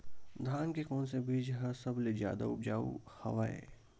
धान के कोन से बीज ह सबले जादा ऊपजाऊ हवय?